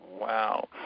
Wow